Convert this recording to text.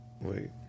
Wait